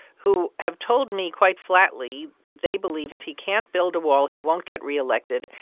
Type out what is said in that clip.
who have told me quite flatly that they believe if he can't build a wall, he won't get re-elected.